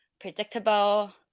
predictable